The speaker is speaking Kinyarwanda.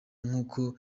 nk’uko